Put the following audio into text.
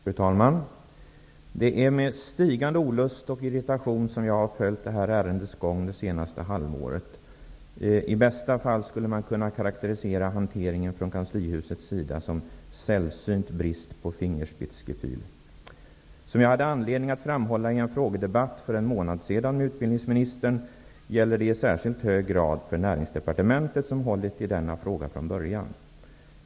Fru talman! Det är med stigande olust och irritation som jag har följt detta ärendes gång det senaste halvåret. I bästa fall skulle man kunna karakterisera hanteringen från kanslihusets sida som sällsynt brist på ''Fingerspitz-gefühl''. Som jag hade anledning att framhålla i en frågedebatt för en månad sedan med utbildningsministern gäller detta i särskilt hög grad för Näringsdepartementet, som från början har ansvarat för denna fråga.